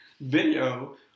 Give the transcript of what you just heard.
video